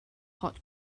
hot